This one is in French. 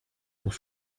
pour